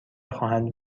خواهند